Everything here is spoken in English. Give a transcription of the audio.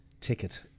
ticket